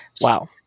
Wow